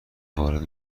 وارد